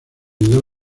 unidad